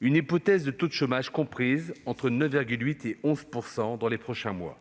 l'hypothèse d'un taux de chômage compris entre 9,8 % et 11 % dans les prochains mois.